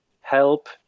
help